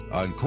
on